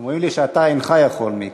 אומרים לי שאתה אינך יכול מיקי.